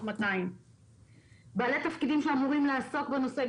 200. בעלי התפקידים שאמורים לעסוק בנושא,